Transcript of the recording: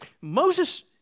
Moses